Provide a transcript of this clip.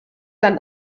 dann